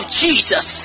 jesus